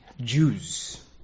Jews